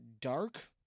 dark